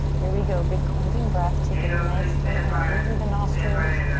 here we go, big cleansing breath. take a nice inhale in through the nostrils.